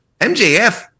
MJF